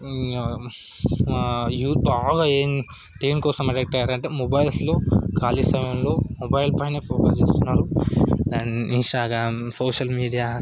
youth బాగా ఏం ఏం కోసం అడిక్ట్ అయ్యేరంటే మొబైల్స్లో ఖాళీ సమయంలో మొబైల్ పైన ఫోకస్ చూస్తున్నరు అండ్ ఇన్స్టాగ్రామ్ సోషల్ మీడియా